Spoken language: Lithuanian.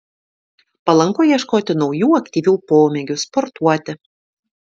palanku ieškoti naujų aktyvių pomėgių sportuoti